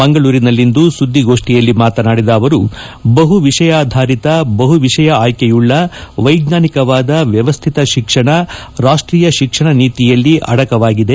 ಮಂಗಳೂರಿನಲ್ಲಿಂದು ಸುದ್ದಿಗೋಷ್ಠಿಯಲ್ಲಿ ಮಾತನಾಡಿದ ಅವರು ಬಹು ವಿಷಯಾಧಾರಿತ ಬಹುವಿಷಯ ಆಯ್ಲೆಯುಳ್ಳ ವೈಜ್ಞಾನಿಕವಾದ ವ್ಯವ್ಯತ ಶಿಕ್ಷಣ ರಾಷ್ಷೀಯ ಶಿಕ್ಷಣ ನೀತಿಯಲ್ಲಿ ಅಡಕವಾಗಿದೆ